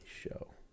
show